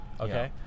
Okay